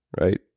right